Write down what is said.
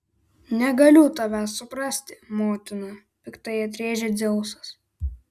negaliu tavęs suprasti motina piktai atrėžė dzeusas